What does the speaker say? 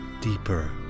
deeper